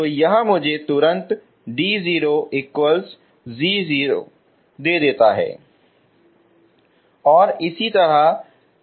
तो यह मुझे तुरंत d00 देता है